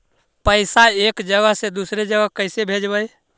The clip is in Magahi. पैसा एक जगह से दुसरे जगह कैसे भेजवय?